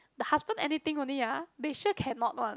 the husband anything only ah they sure cannot one